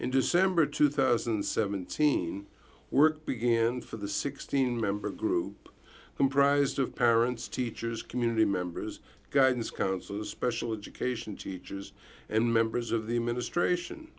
in december two thousand and seventeen work began for the sixteen member group comprised of parents teachers community members guidance counselors special education teachers and members of the administration